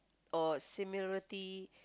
or similarity